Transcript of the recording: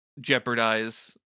jeopardize